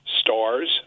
stars